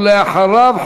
ולאחריו,